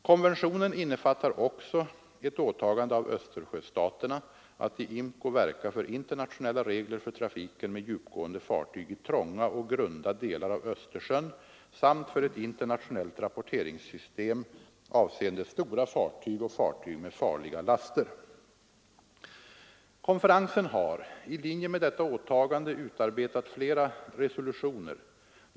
Konventionen innefattar också ett åtagande av Östersjöstaterna att i IMCO verka för internationella regler för trafiken med djupgående fartyg i trånga och grunda delar av Östersjön samt för ett internationellt rapporteringssystem avseende stora fartyg och fartyg med farliga laster. Konferensen har i linje med detta åtagande utarbetat flera resolutioner.